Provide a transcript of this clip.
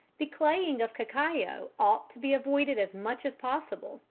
the claying of cacao ought to be avoided as much as possible,